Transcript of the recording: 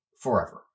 forever